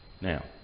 Now